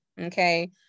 okay